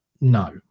No